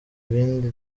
bindi